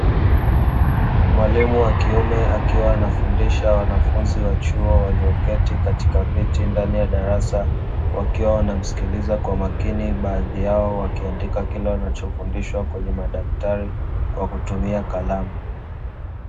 Mwalimu wa kiume akiwa anafundisha wanafunzi wa chuo walioketi katika viti ndani ya darasa, wakiwa wanamsikiliza kwa makini. Baadhi yao wakiandika kile wanachofundishwa kwenye madaftari kwa kutumia kalamu.